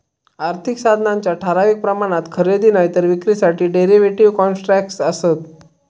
आर्थिक साधनांच्या ठराविक प्रमाणात खरेदी नायतर विक्रीसाठी डेरीव्हेटिव कॉन्ट्रॅक्टस् आसत